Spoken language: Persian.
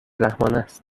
رحمانست